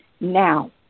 now